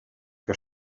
que